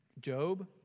Job